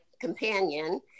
companion